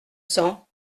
cents